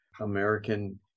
American